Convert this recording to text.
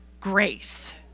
grace